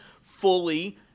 fully